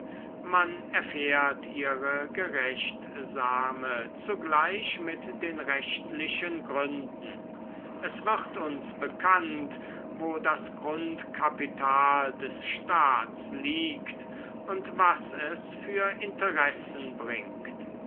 man erfährt ihre gerechtsame zugleich mit den rechtlichen gründen es wird uns bekannt wo das grundkapital des staats liegt und was es für interessen bringt